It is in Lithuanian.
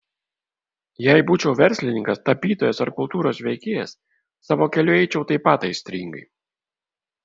jei būčiau verslininkas tapytojas ar kultūros veikėjas savo keliu eičiau taip pat aistringai